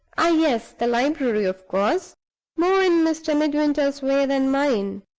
ah, yes the library, of course more in mr. midwinter's way than mine.